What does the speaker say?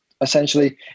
essentially